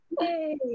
Yay